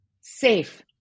safe